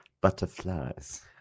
Butterflies